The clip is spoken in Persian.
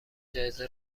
جایزه